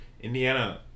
Indiana